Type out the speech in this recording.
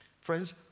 Friends